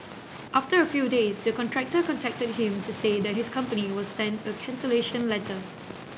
after a few days the contractor contacted him to say that his company will send a cancellation letter